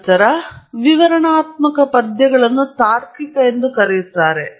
ನಂತರ ನೀವು ವಿವರಣಾತ್ಮಕ ಪದ್ಯಗಳನ್ನು ತಾರ್ಕಿಕ ಎಂದು ಕರೆಯುತ್ತಾರೆ